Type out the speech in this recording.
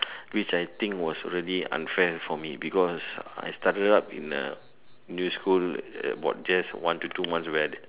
which I think was really unfair for me because I started out in a new school at about just one to two months away